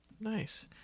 Nice